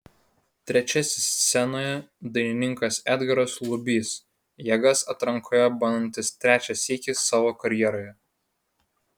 trečiasis scenoje dainininkas edgaras lubys jėgas atrankoje bandantis trečią sykį savo karjeroje